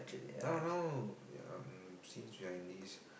now now um since we are in this